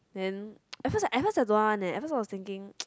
then at first at first I don't want one leh at first I was thinking